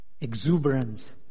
exuberance